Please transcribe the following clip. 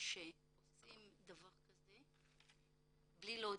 שעושים דבר כזה בלי להודיע?